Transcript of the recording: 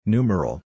Numeral